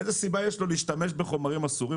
איזו סיבה יש לו להשתמש בחומרים אסורים?